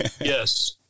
yes